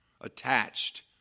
attached